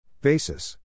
Basis